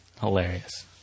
hilarious